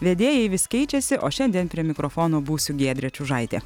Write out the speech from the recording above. vedėjai vis keičiasi o šiandien prie mikrofono būsiu giedrė čiužaitė